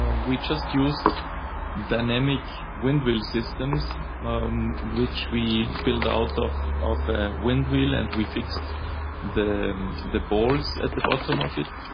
um we just used dynamic wind wheel systems which we build out of a wind wheel and we fixed the the balls at the bottom of it,